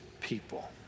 people